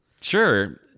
sure